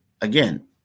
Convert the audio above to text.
again